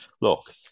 Look